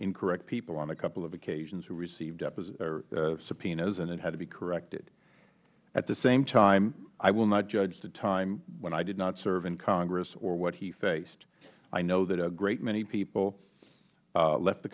incorrect people on a couple of occasions who received subpoenas and it had to be corrected at the same time i will not judge the time when i did not serve in congress or what he faced i know that a great many people left the